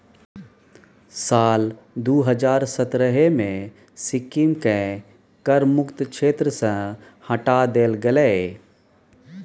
साल दू हजार सतरहे मे सिक्किमकेँ कर मुक्त क्षेत्र सँ हटा देल गेलै